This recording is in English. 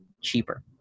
cheaper